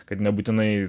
kad nebūtinai